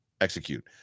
execute